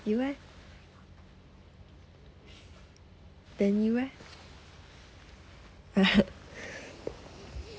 you eh then you eh